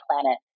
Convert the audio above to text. planet